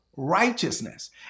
Righteousness